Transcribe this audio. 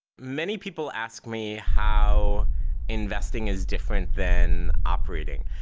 many people ask me how investing is different than operating.